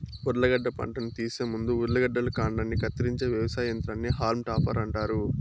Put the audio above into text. ఉర్లగడ్డ పంటను తీసే ముందు ఉర్లగడ్డల కాండాన్ని కత్తిరించే వ్యవసాయ యంత్రాన్ని హాల్మ్ టాపర్ అంటారు